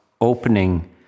opening